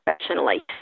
professionally